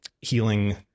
healing